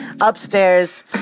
upstairs